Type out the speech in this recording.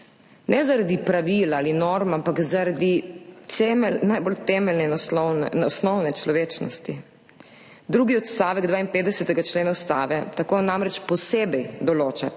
ne zaradi pravil ali norm, ampak zaradi najbolj temeljne in osnovne človečnosti. Drugi odstavek 52. člena Ustave tako namreč posebej določa